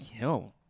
No